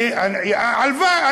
הלוואי.